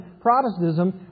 Protestantism